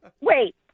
Wait